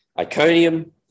Iconium